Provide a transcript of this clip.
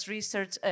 Research